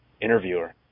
interviewer